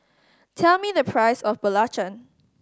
tell me the price of belacan